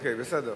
אוקיי, בסדר.